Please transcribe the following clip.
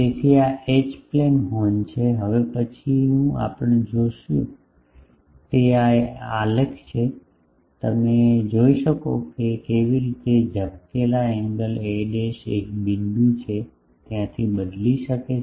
તેથી આ H plane horn છે હવે પછીનું આપણે જોશું તે આ એક આલેખ છે તમે જોઈ શકો છો કે કેવી રીતે ઝબકેલાં એંગલ a એક બિંદુ છે ત્યાંથી બદલી શકે છે